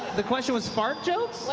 the question was fart jokes?